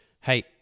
hey